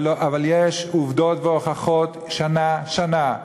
אבל יש עובדות והוכחות שנה-שנה,